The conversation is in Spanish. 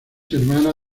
hermana